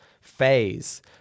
phase